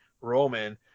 Roman